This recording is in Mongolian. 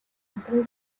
хамтран